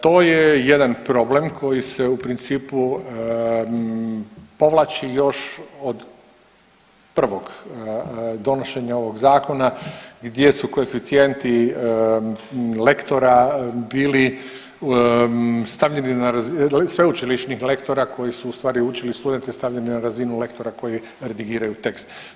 To je jedan problem koji se u principu povlači još od prvog donošenja ovog zakona gdje su koeficijenti lektora bili stavljeni, sveučilišnih lektora koji su u stvari učili studente, stavljeni na razinu lektora koji redigiraju tekst.